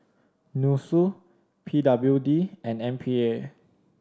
NUSSU P W D and M P A